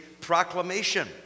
proclamation